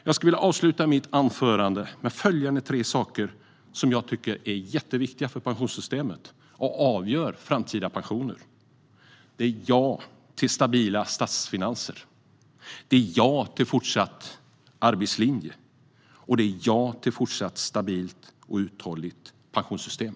Jag skulle vilja avsluta mitt anförande med följande tre saker som är jätteviktiga för pensionssystemet och avgör framtida pensioner: ja till stabila statsfinanser, ja till fortsatt arbetslinje och ja till ett fortsatt stabilt och uthålligt pensionssystem.